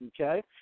Okay